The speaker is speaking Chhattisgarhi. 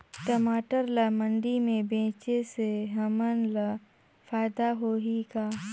टमाटर ला मंडी मे बेचे से हमन ला फायदा होही का?